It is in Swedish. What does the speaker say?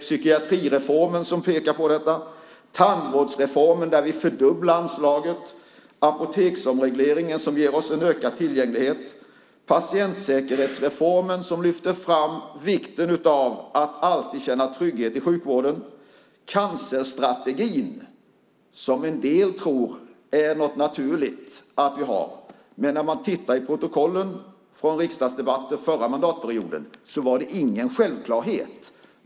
Psykiatrireformen pekar på detta. Det handlar om tandvårdsreformen, där vi fördubblar anslaget. Det handlar om apoteksomregleringen, som ger oss en ökad tillgänglighet. Det handlar om patientsäkerhetsreformen, som lyfter fram vikten av att man alltid ska känna trygghet i sjukvården. Det handlar om cancerstrategin. En del tror att det är naturligt att vi har den, men när man tittar i protokollen från riksdagsdebatter under förra mandatperioden ser man att det inte var någon självklarhet.